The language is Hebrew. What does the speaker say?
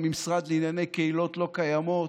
והמשרד לענייני קהילות לא-קיימות,